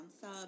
sub